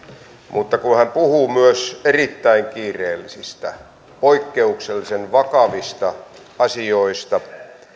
mutta kun hän puhuu myös erittäin kiireellisistä poikkeuksellisen vakavista asioista